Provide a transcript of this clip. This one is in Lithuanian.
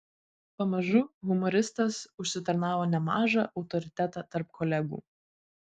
pamažu humoristas užsitarnavo nemažą autoritetą tarp kolegų